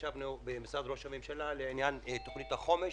ישבנו במשרד ראש הממשלה על עניין תוכנית החומש